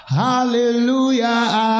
hallelujah